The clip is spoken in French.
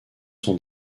son